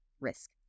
risk